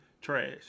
Trash